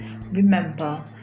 Remember